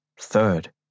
Third